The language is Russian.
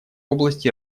области